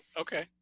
Okay